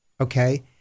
okay